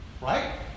right